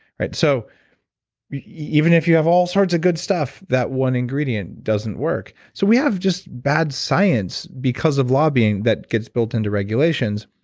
so even if you have all sorts of good stuff, that one ingredient doesn't work. so we have just bad science because of lobbying that gets built into regulations.